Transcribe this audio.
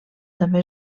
també